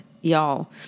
y'all